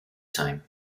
time